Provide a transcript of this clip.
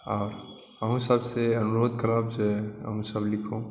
आओर अहुँ सबसँ अनुरोध करब जे अहुँसब लिखू